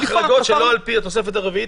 זה ההחרגות שעל פי התוספת הרביעית,